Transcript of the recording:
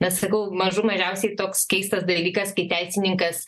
na sakau mažų mažiausiai toks keistas dalykas kai teisininkas